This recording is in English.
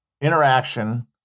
interaction